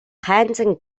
хайнзан